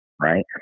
right